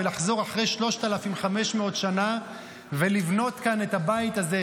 לחזור אחרי 3,500 שנה ולבנות כאן את הבית הזה,